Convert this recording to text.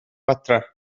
adre